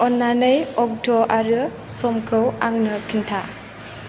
अननानै अक्ट' आरो समखौ आंनो खिन्था